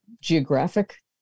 geographic